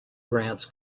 grants